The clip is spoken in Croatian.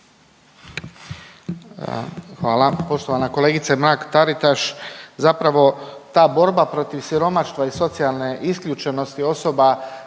Hvala. Poštovana kolegice Mrak-Taritaš. Zapravo ta borba protiv siromaštva i socijalne isključenosti osoba